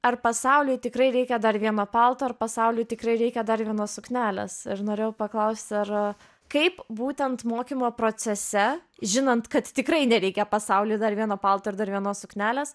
ar pasauliui tikrai reikia dar vieno palto ar pasauliui tikrai reikia dar vienos suknelės ir norėjau paklausti ar kaip būtent mokymo procese žinant kad tikrai nereikia pasauly dar vieno palto ir dar vienos suknelės